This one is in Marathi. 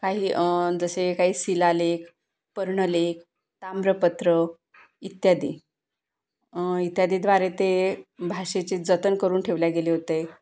काही जसे काही शिलालेख पर्णलेख ताम्रपत्र इत्यादी इत्यादीद्वारे ते भाषेचे जतन करून ठेवल्या गेले होते